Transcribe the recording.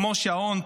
כמו שעון,